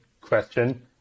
question